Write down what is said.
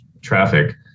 traffic